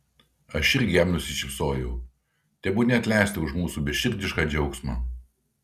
aš irgi jam nusišypsojau tebūnie atleista už mūsų beširdišką džiaugsmą